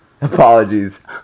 apologies